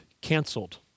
canceled